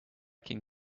can